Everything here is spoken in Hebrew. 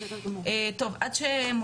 עוד לפני תקופת